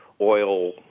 oil